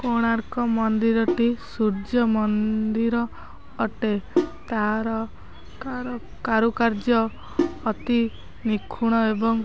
କୋଣାର୍କ ମନ୍ଦିରଟି ସୂର୍ଯ୍ୟ ମନ୍ଦିର ଅଟେ ତା'ର କାରୁକାର୍ଯ୍ୟ ଅତି ନିଖୁଣ ଏବଂ